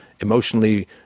emotionally